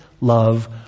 love